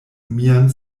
mian